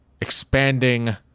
expanding